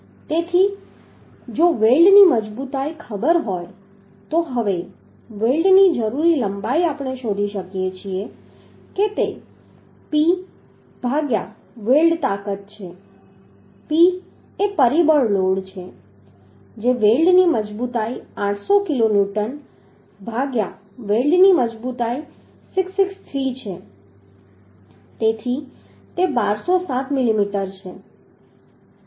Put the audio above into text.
તેથી જો વેલ્ડની મજબૂતાઈ ખબર હોય તો હવે વેલ્ડની જરૂરી લંબાઈ આપણે શોધી શકીએ છીએ કે તે P ભાગ્યા વેલ્ડ તાકાત છે P એ પરિબળ લોડ છે જે વેલ્ડની મજબૂતાઈ 800 કિલોન્યૂટન ભાગ્યા વેલ્ડની મજબૂતાઈ 663 છે તેથી તે 1207 મિલીમીટર છે